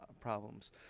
problems